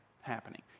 happening